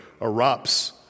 erupts